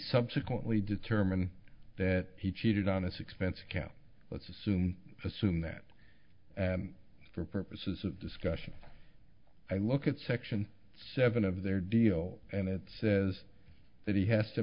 subsequently determine that he cheated on his expense account let's assume assume that for purposes of discussion i look at section seven of their deal and it says that he has to